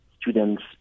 students